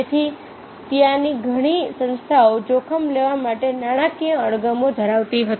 તેથી ત્યાંની ઘણી સંસ્થાઓ જોખમ લેવા માટે નાણાકીય અણગમો ધરાવતી હતી